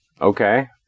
Okay